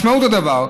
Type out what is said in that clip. משמעות הדבר,